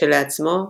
כשלעצמו,